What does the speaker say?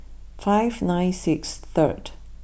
five nine six third